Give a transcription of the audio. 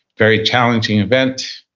very challenging event.